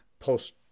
Post